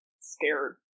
scared